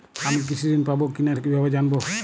আমি কৃষি ঋণ পাবো কি না কিভাবে জানবো?